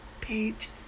page